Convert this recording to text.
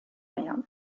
mehr